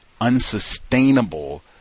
unsustainable